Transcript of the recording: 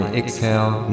exhale